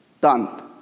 done